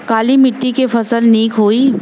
काली मिट्टी क फसल नीक होई?